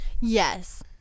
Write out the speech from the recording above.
Yes